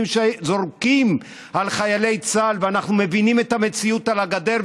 שזורקים על חיילי צה"ל ואנחנו מבינים את המציאות על הגדר.